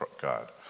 God